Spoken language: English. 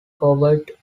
howard